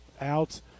out